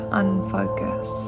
unfocus